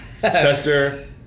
Chester